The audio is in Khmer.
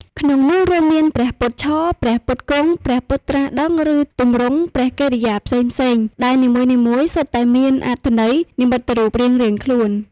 ក្នុងនោះ រួមមាន ព្រះពុទ្ធឈរ ព្រះពុទ្ធគង់ ព្រះពុទ្ធត្រាស់ដឹង ឬទម្រង់ព្រះកិរិយាផ្សេងៗ ដែលនីមួយៗសុទ្ធតែមានអត្ថន័យនិមិត្តរូបរៀងៗខ្លួន។